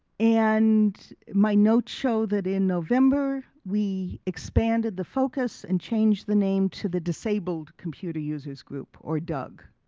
and my notes show that in november we expanded the focus and changed the name to the disabled computers users group, or doug,